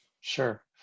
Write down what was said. Sure